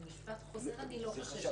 ממשפט חוזר אני לא חוששת,